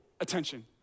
attention